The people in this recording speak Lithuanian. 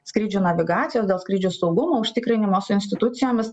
skrydžių navigacijos dėl skrydžių saugumo užtikrinimo su institucijomis